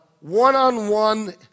one-on-one